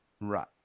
right